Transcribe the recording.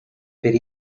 per